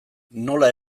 nola